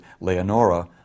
Leonora